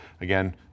Again